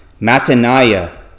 Mataniah